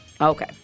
Okay